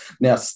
Now